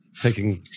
taking